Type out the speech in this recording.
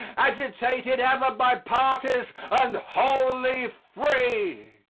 agitated ever by parties, and wholly free.